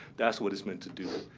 that's what it's meant to do,